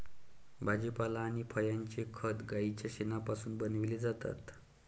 भाजीपाला आणि फळांचे खत गाईच्या शेणापासून बनविलेले जातात